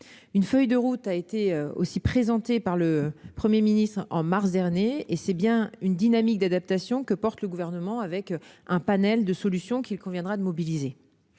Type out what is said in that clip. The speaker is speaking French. Une feuille de route a aussi été présentée par la Première ministre au mois de mars dernier. C'est bien une dynamique d'adaptation que défend le Gouvernement, avec un panel de solutions qu'il conviendra de mobiliser.